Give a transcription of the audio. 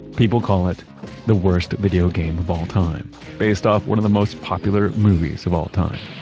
people call it the worst video game of all time based off one of the most popular movies of all time.